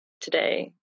today